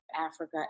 africa